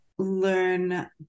learn